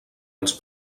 els